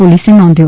પોલીસે નોંધ્યો